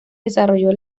desarrolló